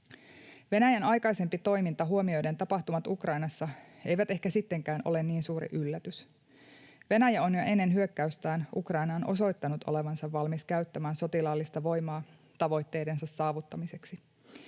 Venäjän aikaisempi toiminta huomioiden tapahtumat Ukrainassa eivät ehkä sittenkään ole niin suuri yllätys. Venäjä on jo ennen hyökkäystään Ukrainaan osoittanut olevansa valmis käyttämään sotilaallista voimaa tavoitteidensa saavuttamiseksi.